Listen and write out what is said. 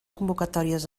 convocatòries